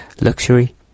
luxury